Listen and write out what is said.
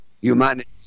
humanity